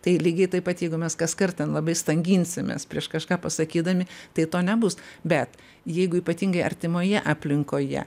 tai lygiai taip pat jeigu mes kaskart labai ten stanginsimės prieš kažką pasakydami tai to nebus bet jeigu ypatingai artimoje aplinkoje